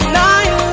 night